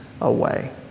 away